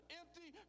empty